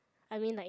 I mean like